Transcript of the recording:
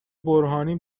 برهانی